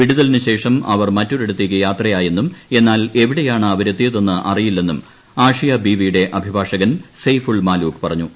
വിടുതലിന് ശേഷം അവർ മറ്റൊരിടത്തേക്ക് യാത്രയായെന്നും എന്നാൽ എവിടെയാണ് അവരെത്തിയതെന്ന് അറിയില്ലെന്നും ആഷിയ ബീവിയുടെ അഭിഭാഷകൻ സെയ്ഫ് ഉൾ മാലൂക് പറഞ്ഞു